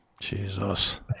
jesus